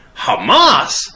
Hamas